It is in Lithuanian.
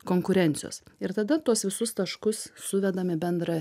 konkurencijos ir tada tuos visus taškus suvedam į bendrą